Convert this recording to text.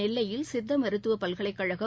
நெல்லையில் சித்த மருத்துவப் பல்கலைக்கழகம்